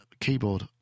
keyboard